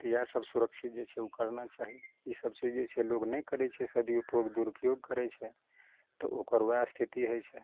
तऽ इएह सब सुरक्षित जे छै उ करना चाही ईसब चीजसँ लोग नहि करय छै सदुपयोग दुरुपयोग करय छै तऽ ओकर उएह स्थिति हइ छै